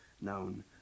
known